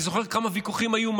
אני זוכר כמה ויכוחים היו,